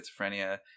schizophrenia